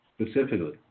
specifically